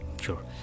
sure